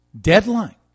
deadline